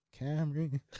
Camry